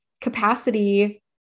capacity